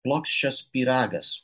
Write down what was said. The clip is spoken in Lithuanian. plokščias pyragas